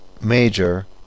major